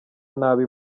nabi